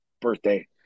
birthday